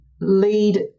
lead